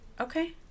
okay